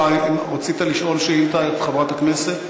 אתה רצית לשאול שאילתה את חברת הכנסת,